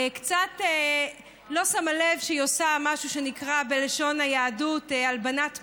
קצת לא שמה לב שהיא עושה משהו שנקרא בלשון היהדות הלבנת פנים,